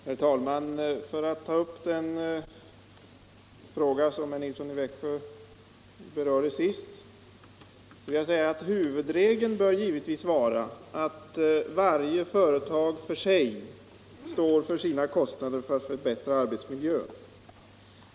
Herr talman! Beträffande den fråga som herr Nilsson i Växjö sist berörde vill jag säga, att huvudregeln givetvis bör vara att varje företag står för sina kostnader för arbetsmiljöförbättringar.